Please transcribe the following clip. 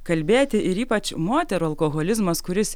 kalbėti ir ypač moterų alkoholizmas kuris